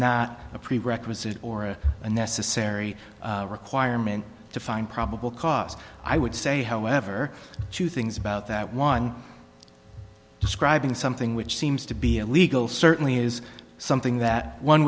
not a prerequisite or a necessary requirement to find probable cause i would say however two things about that one describing something which seems to be illegal certainly is something that one